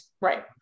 Right